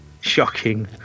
shocking